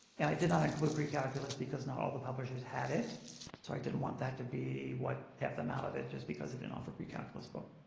and i did not include precalculus because not all the publishers had it i didn't want that to be what kept them out of it just because it didn't offer precalculus book